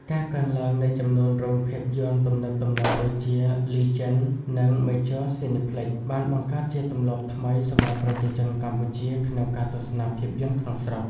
ការកើនឡើងនៃចំនួនរោងភាពយន្តទំនើបៗដូចជា Legend និង Major Cineplex បានបង្កើតជាទម្លាប់ថ្មីសម្រាប់ប្រជាជនកម្ពុជាក្នុងការទស្សនាភាពយន្តក្នុងស្រុក។